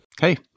Hey